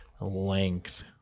length